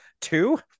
two